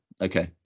okay